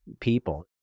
people